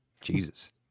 Jesus